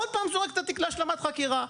ושוב זורקים את התיק להשלמת חקירה.